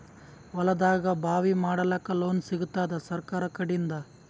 ಹೊಲದಾಗಬಾವಿ ಮಾಡಲಾಕ ಲೋನ್ ಸಿಗತ್ತಾದ ಸರ್ಕಾರಕಡಿಂದ?